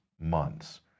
months